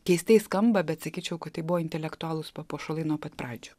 keistai skamba bet sakyčiau kad tai buvo intelektualūs papuošalai nuo pat pradžių